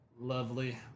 lovely